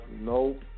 no